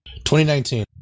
2019